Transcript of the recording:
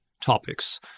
topics